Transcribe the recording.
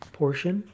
portion